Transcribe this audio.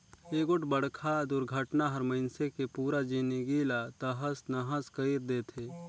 एगोठ बड़खा दुरघटना हर मइनसे के पुरा जिनगी ला तहस नहस कइर देथे